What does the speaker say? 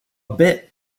bit